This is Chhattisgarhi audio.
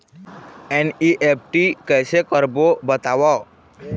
एन.ई.एफ.टी कैसे करबो बताव?